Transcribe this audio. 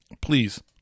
Please